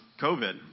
COVID